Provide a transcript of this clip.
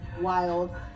wild